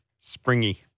Springy